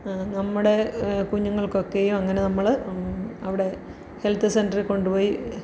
നമ്മുടെ കുഞ്ഞുങ്ങൾക്കൊക്കെയും അങ്ങനെ നമ്മള് അവടെ ഹെൽത്ത് സെന്ററില് കൊണ്ടുപോയി